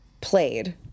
played